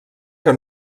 que